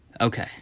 okay